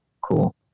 Cool